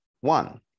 one